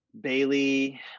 bailey